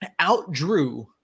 outdrew